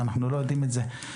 אנחנו לא יודעים את זה?